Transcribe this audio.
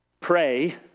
pray